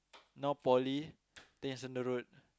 now poly ten years down the road